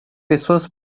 pessoas